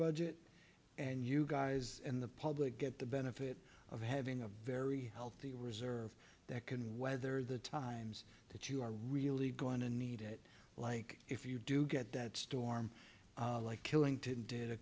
budget and you guys and the public get the benefit of having a very healthy reserve that can weather the times that you are really going to need it like if you do get that storm like killington did a